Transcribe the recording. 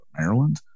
Maryland